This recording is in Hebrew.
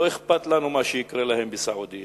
לא אכפת לנו מה יקרה להם בסעודיה,